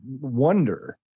wonder